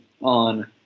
on